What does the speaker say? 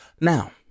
Now